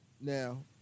now